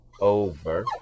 over